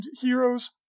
heroes